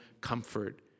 comfort